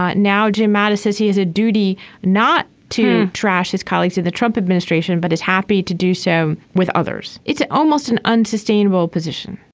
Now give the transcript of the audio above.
now jim mattis as he has a duty not to trash his colleagues in the trump administration but is happy to do so with others it's almost an unsustainable position